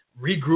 regroup